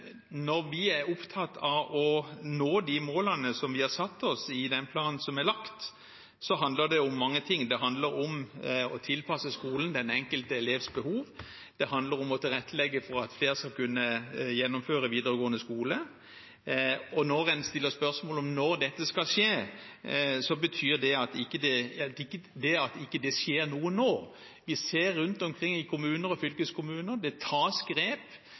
Når vi er opptatt av å nå de målene vi har satt oss i den planen som er lagt, handler det om mange ting. Det handler om å tilpasse skolen den enkelte elevs behov, og det handler om å tilrettelegge for at flere skal kunne gjennomføre videregående skole. En stiller spørsmål om når dette skal skje, men det betyr ikke at det ikke skjer noe nå. Vi ser rundt omkring i kommuner og fylkeskommuner at det tas grep,